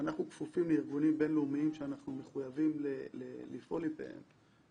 שאנחנו כפופים לארגונים בין לאומיים שאנחנו מחויבים לפעול לפיהם,